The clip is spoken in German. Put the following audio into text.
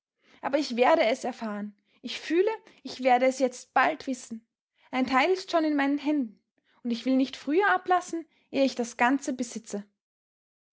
aber ich werde es erfahren ich fühle ich werde es jetzt bald wissen ein teil ist schon in meinen händen und ich will nicht früher ablassen ehe ich das ganze besitze